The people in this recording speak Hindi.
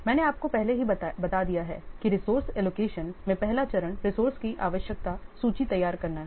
मैंने आपको पहले ही बता दिया है कि रिसोर्से एलोकेशन में पहला चरण रिसोर्से की आवश्यकता सूची तैयार करना है